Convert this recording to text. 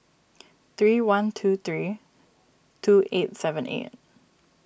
three one two three two eight seven eight